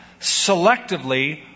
selectively